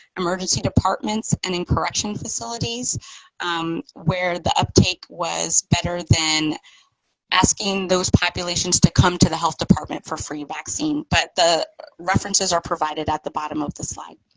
emergency departments, and in correction facilities where the uptake was better than asking those populations to come to the health department for free vaccine. but the references are provided at the bottom of the slide.